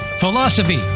Philosophy